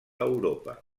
europa